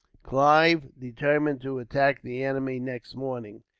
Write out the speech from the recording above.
clive determined to attack the enemy, next morning.